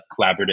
collaborative